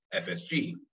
FSG